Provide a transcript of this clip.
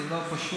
זה לא פשוט,